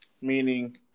meaning